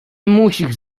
musisz